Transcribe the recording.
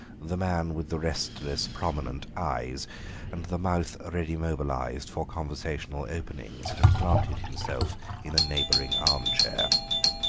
the man with the restless, prominent eyes and the mouth ready mobilised for conversational openings, had planted himself in a neighbouring arm-chair.